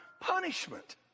punishment